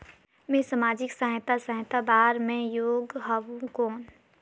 मैं समाजिक सहायता सहायता बार मैं योग हवं कौन?